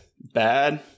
bad